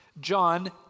John